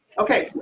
okay,